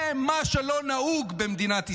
זה מה שלא נהוג במדינת ישראל,